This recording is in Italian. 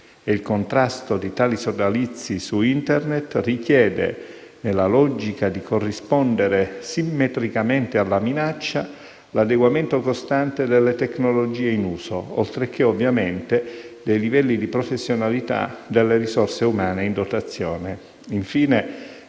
e il contrasto di tali sodalizi su Internet richiede, nella logica di corrispondere simmetricamente alla minaccia, l'adeguamento costante delle tecnologie in uso, oltreché - ovviamente - dei livelli di professionalità delle risorse umane in dotazione. Infine,